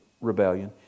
rebellion